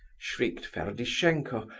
shrieked ferdishenko,